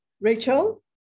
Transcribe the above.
Rachel